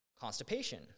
Constipation